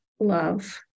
love